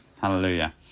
Hallelujah